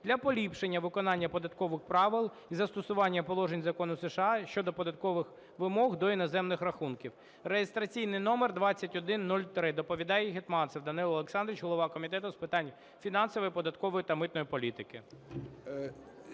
для поліпшення виконання податкових правил й застосування положень Закону США щодо податкових вимоги до іноземних рахунків (реєстраційний номер 2103). Доповідає Гетманцев Данило Олександрович, голова Комітету з питань фінансової, податкової та митної політики.